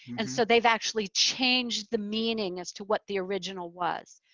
and so they've actually changed the meaning as to what the original was.